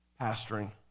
pastoring